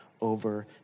over